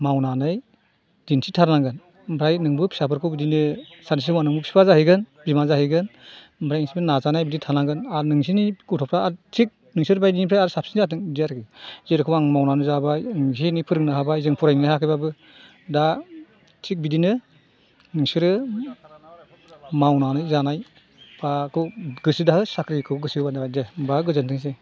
मावनानै दिन्थिथारनांगोन ओमफ्राय नोंबो फिसाफोरखौ बिदिनो सानैसो उनाव नोंबो बिफा जाहैगोन बिमा जाहैगोन ओमफ्राय नोंसोरबो नाजानानै बिदि थानांगोन आरो नोंसोरनि गथ'फोरा आरो थिग नोंसोर बायदिनिफ्राय आरो साबसिन जाथों बिदि आरो जेरखम आं मावनानै जाबाय आं इसे एनै फोरोंनो हाबाय जों फरायनोनो हायाखैबाबो दा थिग बिदिनो नोंसोरो मावनानै जानाय माबाखौ गोसो दा हो साख्रिखौ गोसो होबानो जाबाय दे होनबा गोजोनथोंसै